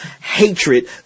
hatred